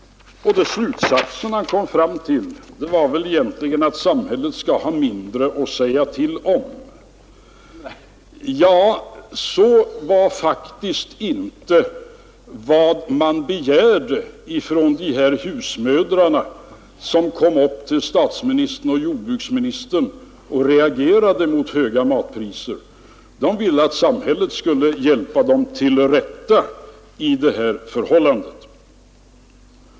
Den slutsats han kom fram till var väl egentligen att samhället skall ha mindre att säga till om. Ja, men det var faktiskt inte vad de husmödrar begärde som kom upp till statsministern och jordbruksministern och reagerade mot höga matpriser. De ville att samhället skulle hjälpa dem till rätta i det här förhållandet.